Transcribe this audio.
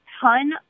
ton